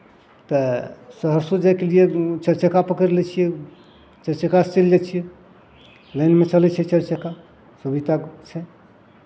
तऽ सहरसो जायके लिए चारि चक्का पकड़ि लै छियै चारि चक्कासँ चलि जाइ छियै लाइनमे चलै छै चारि चक्का सुविधा छै